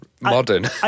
Modern